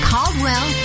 Caldwell